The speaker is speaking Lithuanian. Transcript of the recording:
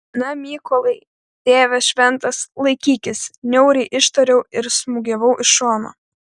na mykolai tėve šventas laikykis niauriai ištariau ir smūgiavau iš šono